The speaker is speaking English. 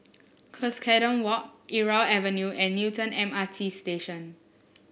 Cuscaden Walk Irau Avenue and Newton M R T Station